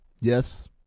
Yes